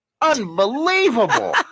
Unbelievable